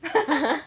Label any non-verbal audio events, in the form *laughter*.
*laughs*